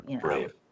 Brave